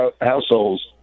households